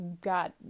got